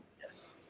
Yes